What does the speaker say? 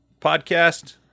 podcast